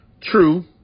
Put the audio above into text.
True